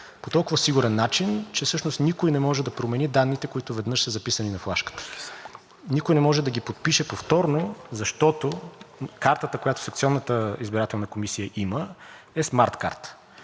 по толкова сигурен начин, че никой не може да промени данните, които веднъж са записани на флашката. Никой не може да ги подпише повторно, защото картата, която секционната избирателна комисия има, е смарт карта.